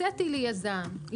הקציתי ליזם.